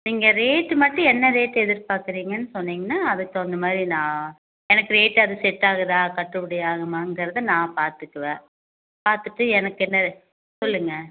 நீங்கள் ரேட்டு மட்டும் என்ன ரேட் எதிர்பார்க்கறீங்கன்னு சொன்னீங்கனால் அதுக்கு தகுந்த மாதிரி நான் எனக்கு ரேட் அது செட்டாகுதா கட்டுப்படி ஆகுமாங்கிறதை நான் பார்த்துக்குவேன் பார்த்துட்டு எனக்கு என்ன சொல்லுங்க